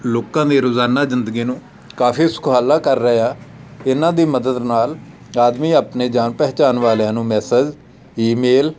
ਲੋਕਾਂ ਦੀ ਰੋਜ਼ਾਨਾ ਜ਼ਿੰਦਗੀ ਨੂੰ ਕਾਫੀ ਸੁਖਾਲਾ ਕਰ ਰਹੇ ਆ ਇਹਨਾਂ ਦੀ ਮਦਦ ਨਾਲ ਆਦਮੀ ਆਪਣੇ ਜਾਣ ਪਹਿਚਾਣ ਵਾਲਿਆਂ ਨੂੰ ਮੈਸੇਜ ਈਮੇਲ